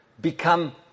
become